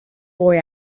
boy